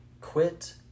quit